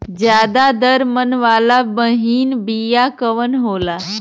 ज्यादा दर मन वाला महीन बिया कवन होला?